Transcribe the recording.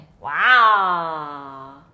Wow